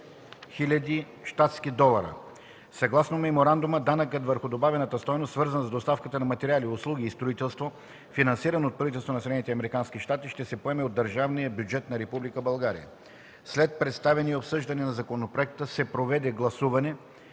Съгласно меморандума, данъкът върху добавената стойност, свързан с доставката на материали, услуги и строителство, финансиран от правителството на Съединените американски щати, ще се поеме от държавния бюджет на Република България. След представяне и обсъждане на законопроекта се проведе гласуване,